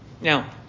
Now